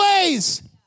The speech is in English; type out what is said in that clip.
ways